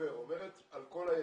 גוברת על כל היתר.